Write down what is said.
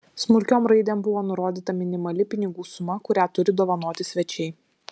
smulkiom raidėm buvo nurodyta minimali pinigų suma kurią turi dovanoti svečiai